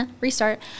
restart